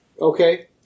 Okay